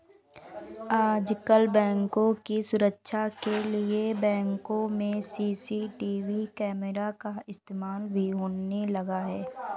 आजकल बैंकों की सुरक्षा के लिए बैंकों में सी.सी.टी.वी कैमरा का इस्तेमाल भी होने लगा है